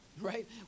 right